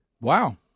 Wow